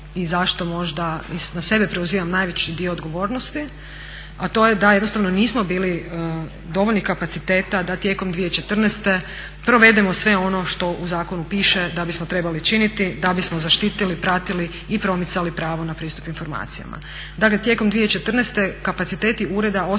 i zašto možda na sebe preuzimam najveći dio odgovornosti, a to je da jednostavno nismo bili dovoljnih kapaciteta da tijekom 2014. provedemo sve ono što u zakonu piše da bismo trebali činiti da bismo zaštitili, pratili i promicali pravo na pristup informacijama. Dakle tijekom 2014. kapaciteti ureda ostali